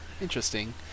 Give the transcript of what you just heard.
interesting